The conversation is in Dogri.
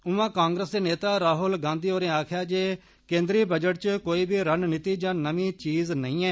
उआं कांग्रेस दे नेता राहुल गांधी होरें आक्खेआ ऐ जे केन्द्री बजट च कोई बी रणनीति जां नमीं चीज नेईं ऐ